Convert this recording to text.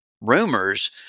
rumors